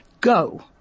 go